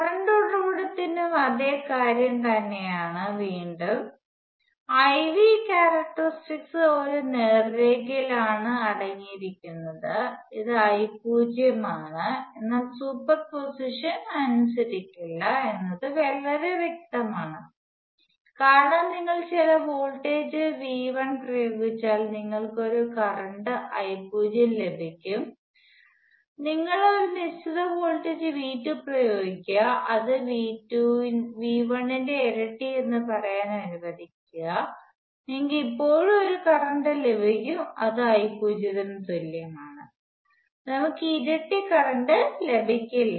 current ഉറവിടത്തിനും അതേ കാര്യം തന്നെയാണ് വീണ്ടും IV ക്യാരക്ടറിസ്റ്റിക്സ് ഒരു നേർരേഖയിൽ ആണ് അടങ്ങിയിരിക്കുന്നത് ഇത് I0 ആണ് എന്നാൽ സൂപ്പർപോസിഷൻ അനുസരിക്കുന്നില്ല എന്നത് വളരെ വ്യക്തമാണ് കാരണം നിങ്ങൾ ചില വോൾട്ടേജ് V1 പ്രയോഗിച്ചാൽ നിങ്ങൾക്ക് ഒരു കറണ്ട് I0 ലഭിക്കും നിങ്ങൾ ഒരു നിശ്ചിത വോൾട്ടേജ് V2 പ്രയോഗിക്കുക അത് V1 ന്റെ ഇരട്ടി എന്ന് പറയാൻ അനുവദിക്കുക നിങ്ങൾക്ക് ഇപ്പോഴും ഒരു കറന്റ് ലഭിക്കും അത് I0 തുല്യമാണ് നമ്മുക്ക് ഇരട്ടി കറണ്ട് ലഭിക്കില്ല